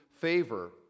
favor